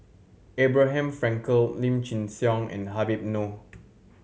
Abraham Frankel Lim Chin Siong and Habib Noh